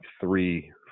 three